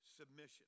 submission